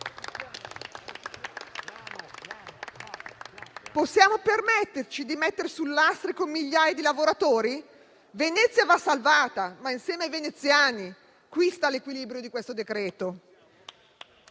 Possiamo permetterci di mettere sul lastrico migliaia di lavoratori? Venezia va salvata, ma insieme ai veneziani. Qui sta l'equilibrio stabilito